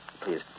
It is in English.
Please